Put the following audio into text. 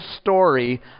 story